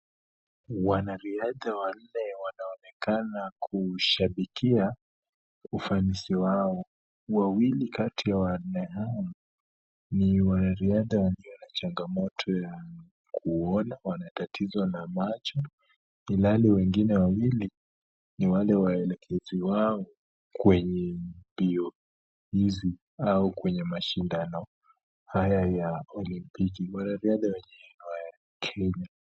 Wanariadha wanne wanaonekana kushabikia ufanisi wao, wawili kati ya wanne hao ni wanariadha walio na changamoto ya kuona, wana tatizo la macho, ilhali wengine wawili ni wale waelekezi wao kwenye mbio hizi au kwenye mashindano haya ya olimpiki, wanariadha wenyewe ni wa Kenya.